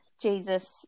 Jesus